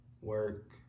work